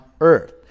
earth